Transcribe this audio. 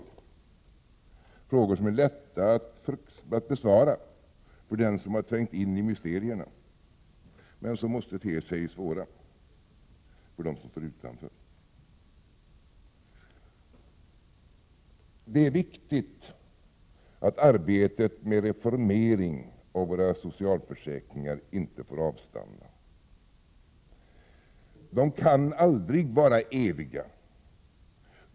Det är frågor som är lätta att besvara för den som har trängt i mysterierna, men som måste te sig svåra för dem som står utanför. Det är viktigt att arbetet med reformering av våra socialförsäkringar inte avstannar. Försäkringarna kan aldrig vara eviga.